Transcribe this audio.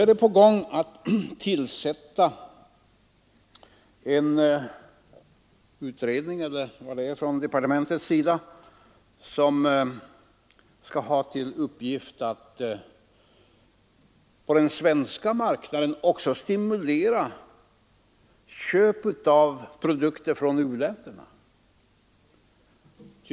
Avsikten är nu att departementet skall tillsätta en utredning, som skall ha till uppgift att på den svenska marknaden stimulera köp av produkter från u-länderna.